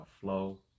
flow